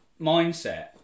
mindset